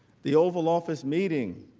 the oval office meeting